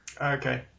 Okay